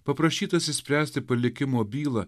paprašytas išspręsti palikimo bylą